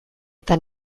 eta